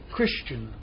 Christian